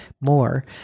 more